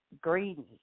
greedy